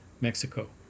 Mexico